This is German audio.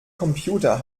computer